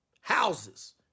houses